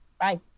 Bye